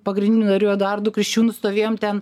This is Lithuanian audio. pagrindinių narių eduardu kriščiūnu stovėjom ten